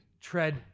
Tread